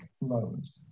loads